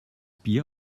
bier